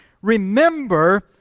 Remember